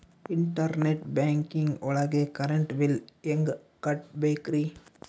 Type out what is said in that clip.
Internet banking ಒಳಗ್ current bill ಹೆಂಗ್ ಕಟ್ಟ್ ಬೇಕ್ರಿ?